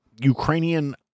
Ukrainian